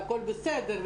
והכל בסדר,